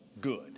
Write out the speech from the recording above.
good